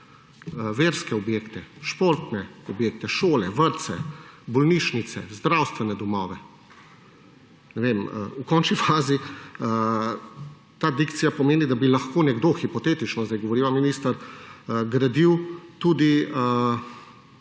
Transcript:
verske objekte, športne objekte, šole, vrtce, bolnišnice, zdravstvene domove. V končni fazi ta dikcija pomeni, da bi lahko nekdo – hipotetično sedaj govoriva minister – gradil tudi